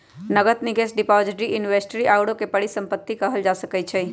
नकद, निवेश, depository, inventory आउरो के परिसंपत्ति कहल जा सकइ छइ